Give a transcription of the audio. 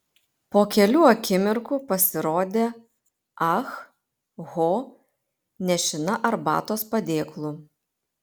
po kelių akimirkų pasirodė ah ho nešina arbatos padėklu